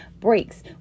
breaks